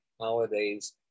holidays